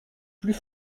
plus